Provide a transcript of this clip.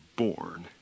born